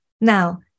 Now